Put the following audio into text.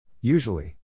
Usually